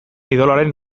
idoloaren